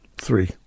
Three